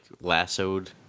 lassoed